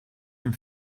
dem